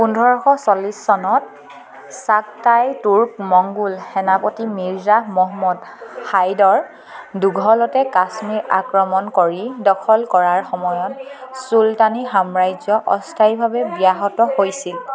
পোন্ধৰশ চল্লিছ চনত চাগটাই তুৰ্ক মঙ্গোল সেনাপতি মিৰ্জা মহম্মদ হাইদৰ দুঘলতে কাশ্মীৰ আক্ৰমণ কৰি দখল কৰাৰ সময়ত চুলতানী সাম্ৰাজ্য অস্থায়ীভাৱে ব্যাহত হৈছিল